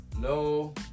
No